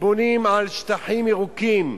בונים על שטחים ירוקים,